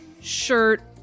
shirt